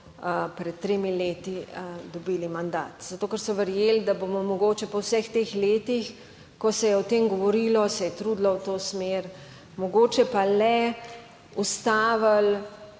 pred tremi leti dobili mandat. Zato, ker so verjeli, da bomo mogoče po vseh teh letih, ko se je o tem govorilo, se je trudilo v to smer, mogoče pa le ustavili